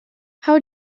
how